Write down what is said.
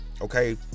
okay